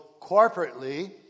corporately